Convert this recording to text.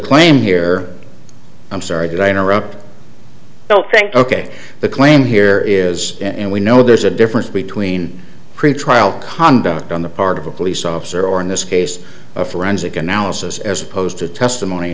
claim here i'm sorry did i interrupt i don't think ok the claim here is and we know there's a difference between pretrial conduct on the part of a police officer or in this case a forensic analysis as opposed to testimony